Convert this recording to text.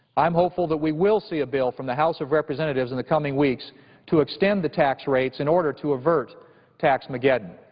i'm hopeful that we will see a bill from the house of representatives in the coming weeks to extend the tax rates in order to avert tax-mageddon.